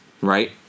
right